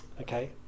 Okay